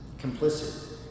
complicit